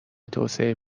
توسعه